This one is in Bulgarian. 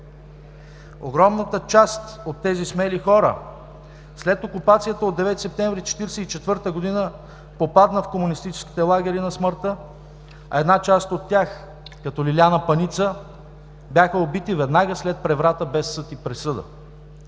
Огромната част от тези смели хора след окупацията от 9 септември 1944 г. попадна в комунистическите лагери на смъртта, а една част от тях като Лиляна Паница, бяха убити веднага след преврата без съд и присъда.